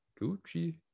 Gucci